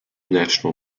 national